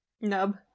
nub